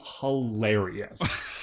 hilarious